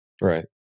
Right